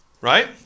right